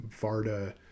Varda